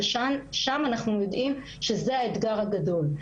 ששם אנחנו יודעים שזה האתגר הגדול.